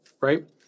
right